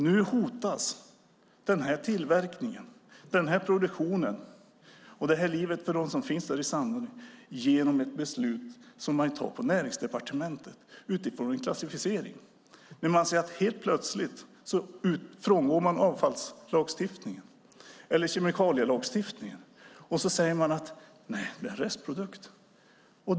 Nu hotas tillverkningen, produktionen och livet för dem som finns i Sandarne genom ett beslut som man tar på Näringsdepartementet utifrån en klassificering. Helt plötsligt frångår man avfallslagstiftningen och kemikalielagstiftningen och säger: Detta är en restprodukt.